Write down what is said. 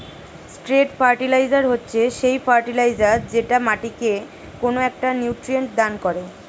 straight fertilizer হচ্ছে সেই fertilizer যেটা মাটিকে কোনো একটা নিউট্রিয়েন্ট দান করে